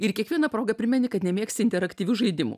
ir kiekviena proga primeni kad nemėgsti interaktyvių žaidimų